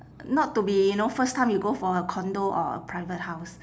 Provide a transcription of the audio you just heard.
not to be you know first time you go for a condo or a private house